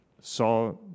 saw